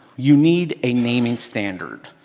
you need a naming standard.